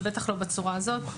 ובטח לא בצורה הזאת.